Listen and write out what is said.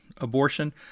abortion